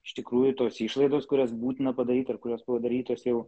iš tikrųjų tos išlaidos kurias būtina padaryt ar kurios padarytos jau